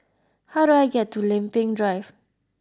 how do I get to Lempeng Drive